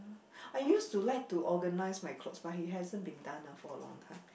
I used to like to organise my clothes but it hasn't been done for a long time